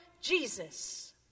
Jesus